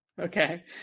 Okay